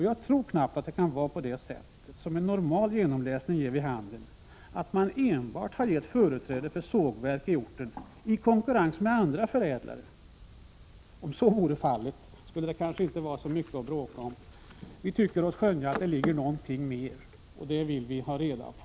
Jag tror knappt att det kan vara på det sättet, som en normal genomläsning ger vid handen, att man enbart har gett företräde för sågverk i orten i konkurrens med andra förädlare. Om så vore fallet skulle det kanske inte vara så mycket att bråka om, men vi tycker oss skönja att det ligger något mer bakom, och det vill vi ha reda på.